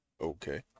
okay